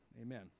Amen